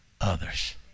others